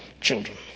children